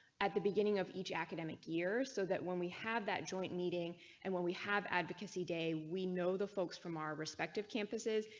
at the beginning of each academic year. so that when we have that joint meeting and when we have advocacy day. we know the folks from our respective campuses,